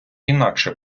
інакше